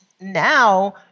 now